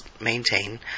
maintain